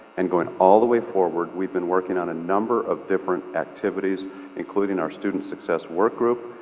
and going all the way forward, we've been working on a number of different activities including our student success work group,